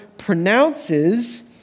pronounces